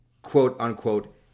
quote-unquote